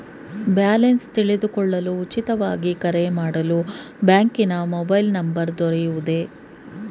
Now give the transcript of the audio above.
Balance ತಿಳಿದುಕೊಳ್ಳಲು ಉಚಿತವಾಗಿ ಕರೆ ಮಾಡಲು ಬ್ಯಾಂಕಿನ ಮೊಬೈಲ್ ನಂಬರ್ ದೊರೆಯುವುದೇ?